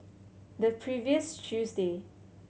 the previous tuesday